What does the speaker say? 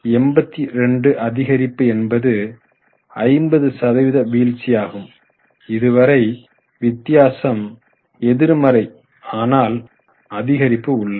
82 அதிகரிப்பு என்பது 50 சதவீத வீழ்ச்சியாகும் இதுவரை வித்தியாசம் எதிர்மறை ஆனால் அதிகரிப்பு உள்ளது